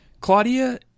Claudia